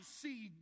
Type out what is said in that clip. see